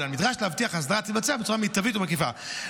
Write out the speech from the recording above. אולם נדרש להבטיח שההסדרה תתבצע בצורה מיטבית ומקיפה.